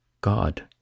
god